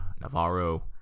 Navarro